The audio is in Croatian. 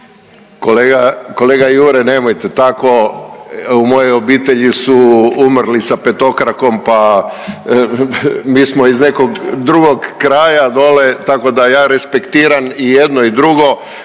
kolega Jure nemojte tako, u mojoj obitelji su umrli sa petokrakom, pa mi smo iz nekog drugog kraja dole, tako da ja respektiram i jedno i drugo,